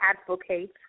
advocate